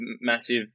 massive